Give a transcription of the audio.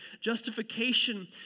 Justification